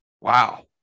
wow